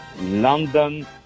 London